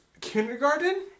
kindergarten